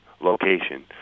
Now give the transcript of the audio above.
location